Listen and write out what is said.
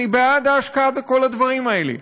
אני בעד ההשקעה בכל הדברים האלה.